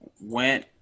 went